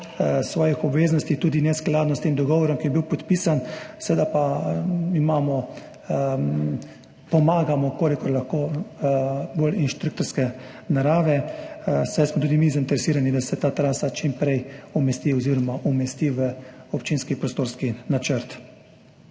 svojih obveznosti, tudi ne skladno s tem dogovorom, ki je bil podpisan, seveda pa pomagamo, kolikor lahko, bolj inštruktorske narave, saj smo tudi mi zainteresirani, da se ta trasa čim prej umesti v občinski prostorski načrt.